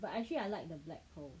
but actually I like the black pearls